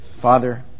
Father